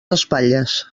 espatlles